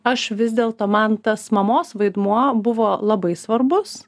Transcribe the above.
aš vis dėl to man tas mamos vaidmuo buvo labai svarbus